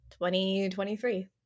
2023